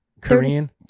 Korean